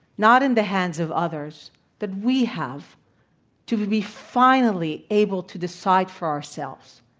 not in the hands of others that we have to be finally able to decide for ourselves.